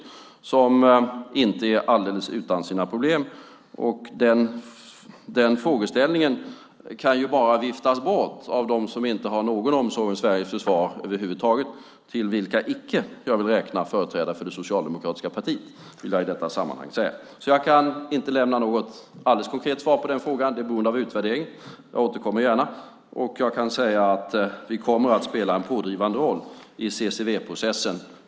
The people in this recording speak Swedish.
Det är inte alldeles utan sina problem. Den frågeställningen kan bara viftas bort av dem som inte har någon omsorg om Sveriges försvar över huvud taget, till vilka jag icke vill räkna företrädare för det socialdemokratiska partiet. Det vill jag säga i detta sammanhang. Jag kan alltså inte lämna något alldeles konkret svar på frågan. Detta är beroende av utvärdering. Jag återkommer gärna. Jag kan säga att vi kommer att spela en pådrivande roll i CCW-processen.